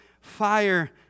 fire